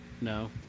No